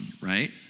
right